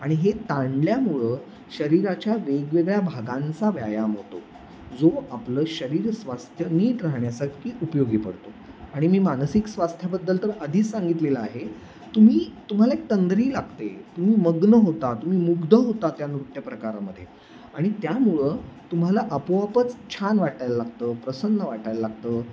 आणि हे ताणल्यामुळं शरीराच्या वेगवेगळ्या भागांचा व्यायाम होतो जो आपलं शरीर स्वास्थ्य नीट राहण्यासारखी उपयोगी पडतो आणि मी मानसिक स्वास्थ्याबद्दल तर आधीच सांगितलेलं आहे तुम्ही तुम्हाला एक तंद्री लागते तुम्ही मग्न होता तुम्ही मुग्ध होता त्या नृत्य प्रकारामध्ये आणि त्यामुळं तुम्हाला आपोआपच छान वाटायला लागतं प्रसन्न वाटायला लागतं